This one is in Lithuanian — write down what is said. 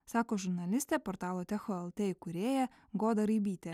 sako žurnalistė portalo techo lt įkūrėja goda raibytė